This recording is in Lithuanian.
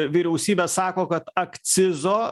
vyriausybė sako kad akcizo